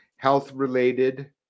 health-related